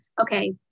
okay